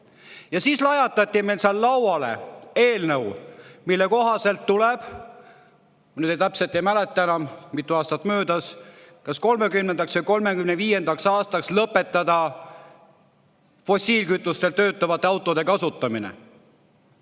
Siis lajatati meile lauale eelnõu, mille kohaselt tuleb – ma nüüd täpselt ei mäleta enam, mitu aastat on möödas – 2030. või 2035. aastaks lõpetada fossiilkütustel töötavate autode kasutamine.